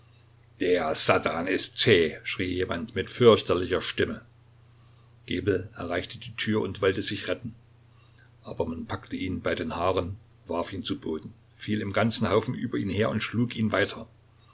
der satan ist zäh schrie jemand mit fürchterlicher stimme gebel erreichte die tür und wollte sich retten aber man packte ihn bei den haaren warf ihn zu boden fiel im ganzen haufen über ihn her und schlug ihn weiter